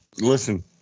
Listen